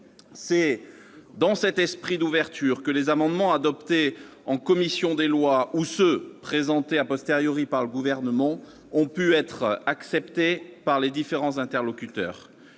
C'est dans cet esprit d'ouverture que les amendements adoptés en commission des lois, ou présentés par le Gouvernement, ont pu être acceptés par les différents interlocuteurs.